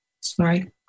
Sorry